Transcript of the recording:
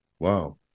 Wow